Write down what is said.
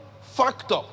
factor